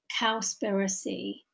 Cowspiracy